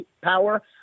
power